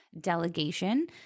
delegation